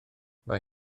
mae